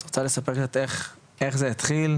את רוצה לספר איך זה התחיל?